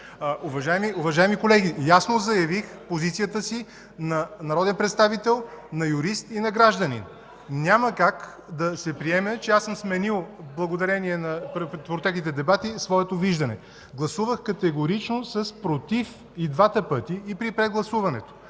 Уважаеми колеги, ясно заявих позицията си на народен представител, на юрист и на гражданин. Няма как да се приеме, че аз съм сменил, благодарение на протеклите дебати своето виждане. Гласувах категорично „против” и двата пъти – и при прегласуването.